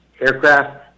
aircraft